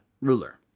ruler